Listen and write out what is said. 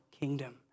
kingdom